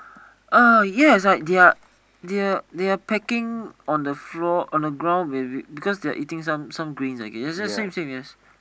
uh yes they are they are packing on the floor on the ground they are eating some green I guess